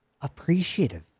appreciative